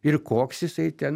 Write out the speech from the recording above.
ir koks jisai ten